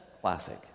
Classic